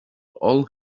all